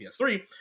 PS3